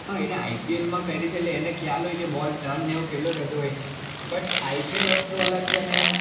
હા એણે આઈપીએલમાં કરી છે એટલે એને ખ્યાલ હોય કે બોલ ટર્નને એવું કેટલું થતું હોય બટ આઈપીએલ વસ્તુ અલગ છે ને